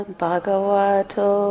bhagavato